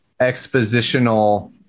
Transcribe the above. expositional